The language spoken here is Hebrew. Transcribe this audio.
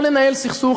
לא לנהל סכסוך.